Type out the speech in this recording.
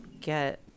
get